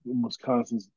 Wisconsin